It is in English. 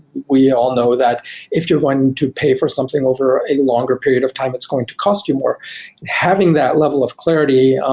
we all know that if you're going to pay for something over a longer period of time, it's going to cost you more having that level of clarity,